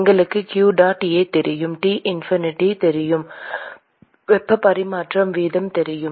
எங்களுக்கு q dot A தெரியும் T infinity தெரியும் வெப்ப பரிமாற்ற வீதம் தெரியும்